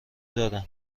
دادن